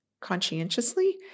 conscientiously